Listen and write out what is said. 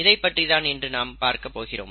இதைப் பற்றி தான் இன்று பார்க்கப் போகிறோம்